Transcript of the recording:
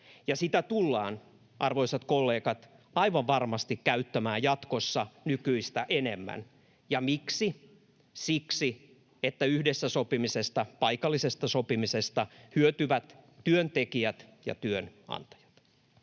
Sitä tullaan, arvoisat kollegat, aivan varmasti käyttämään jatkossa nykyistä enemmän. Miksi? Siksi, että yhdessä sopimisesta, paikallisesta sopimisesta, hyötyvät työntekijät ja työnantajat.